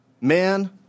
man